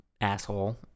Asshole